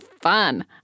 fun